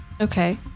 Okay